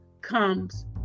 comes